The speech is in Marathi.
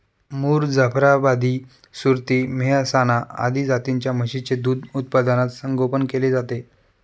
मुर, जाफराबादी, सुरती, मेहसाणा आदी जातींच्या म्हशींचे दूध उत्पादनात संगोपन केले जाते